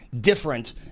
different